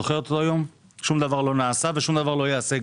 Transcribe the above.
שום דבר לא נעשה וגם לא ייעשה.